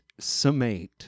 summate